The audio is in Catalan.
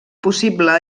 possible